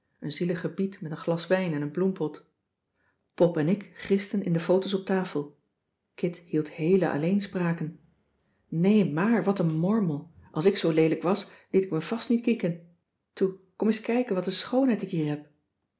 een zielige biet met een glas wijn en een bloempot pop en ik gristen in de photo's op tafel kit hield heele alleenspraken nee maar wat n mormel als ik zoo leelijk was liet ik me vast niet kieken toe kom eens kijken wat een schoonheid ik hier heb